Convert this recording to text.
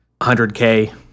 100k